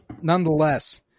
nonetheless